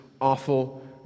awful